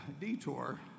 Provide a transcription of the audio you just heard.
detour